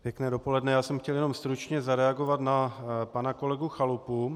Pěkné dopoledne, chtěl jsem jenom stručně zareagovat na pana kolegu Chalupu.